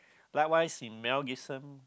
likewise in Mel-Gibson